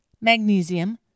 magnesium